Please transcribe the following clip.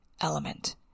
element